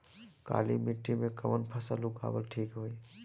काली मिट्टी में कवन फसल उगावल ठीक होई?